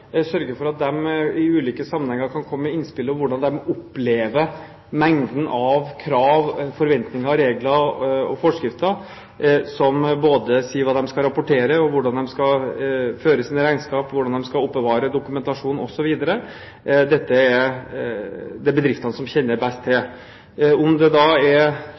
sørge for at de i ulike sammenhenger kan komme med innspill til hvordan de opplever mengden av krav, forventninger, regler og forskrifter som sier hva de skal rapportere, hvordan de skal føre sine regnskap, hvordan de skal oppbevare dokumentasjon osv. Det er bedriftene som kjenner best til dette. Om da det